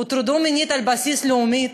על בסיס לאומי,